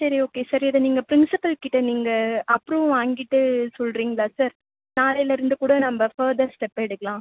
சரி okay sir இதை நீங்கள் ப்ரின்ஸிபல் கிட்டே நீங்கள் அப்ரூவ் வாங்கிட்டு சொல்கிறீங்களா சார் நாளையிலேருந்து கூட நம்ம ஃபர்தர் ஸ்டெப் எடுக்கலாம்